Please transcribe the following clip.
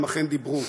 הם אכן דיברו.